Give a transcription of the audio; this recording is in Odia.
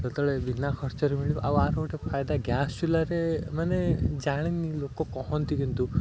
ଯେତେବେଳେ ବିନା ଖର୍ଚ୍ଚରେ ମିଳିବ ଆଉ ଆର ଗୋଟେ ଫାଇଦା ଗ୍ୟାସ୍ ଚୂଲାରେ ମାନେ ଜାଣିନି ଲୋକ କହନ୍ତି କିନ୍ତୁ